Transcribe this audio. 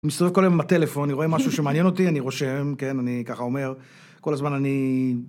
מסתובב כל היום בטלפון אני רואה משהו שמעניין אותי אני רושם כן אני ככה אומר כל הזמן אני...